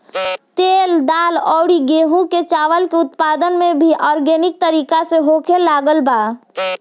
तेल, दाल अउरी गेंहू चावल के उत्पादन भी आर्गेनिक तरीका से होखे लागल बा